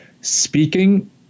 speaking